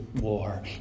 war